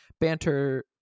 banter